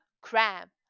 cram